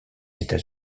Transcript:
états